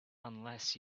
unless